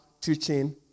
teaching